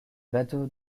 bateaux